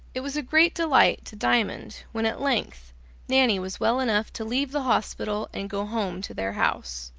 it was a great delight to diamond when at length nanny was well enough to leave the hospital and go home to their house.